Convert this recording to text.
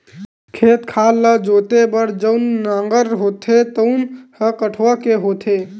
खेत खार ल जोते बर जउन नांगर होथे तउन ह कठवा के होथे